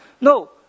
No